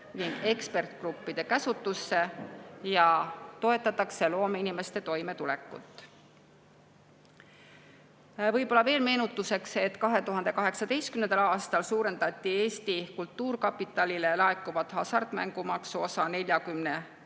ning ekspertgruppide käsutusse ja sellega toetatakse loomeinimeste toimetulekut. Veel meenutuseks, et 2018. aastal suurendati Eesti Kultuurkapitalile laekuva hasartmängumaksu osa